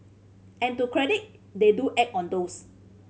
and to credit they do act on those